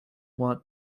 want